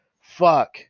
fuck